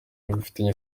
bifitanye